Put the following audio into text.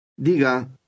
Diga